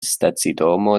stacidomo